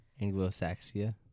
Anglo-Saxia